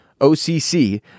OCC